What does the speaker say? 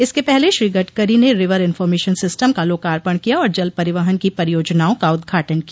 इसके पहले श्री गडकरी ने रिवर इंफार्मेशन सिस्टम का लोकार्पण किया और जल परिवहन की परियोजनाओं का उद्घाटन किया